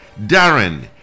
Darren